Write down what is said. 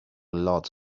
lot